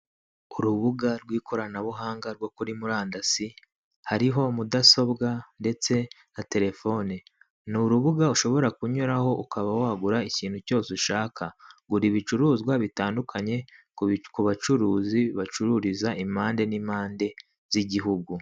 Urubuga rw'ikoranabuhanga rwo kuri murandasi hariho mudasobwa ndetse na telefone. Ni urubuga ushobora kunyuraho ukaba wagura ikintu cyose ushaka, gura ibicuruzwa bitandukanye ku bacuruzi bacururiza impande n'impande z'igihugu.